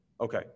Okay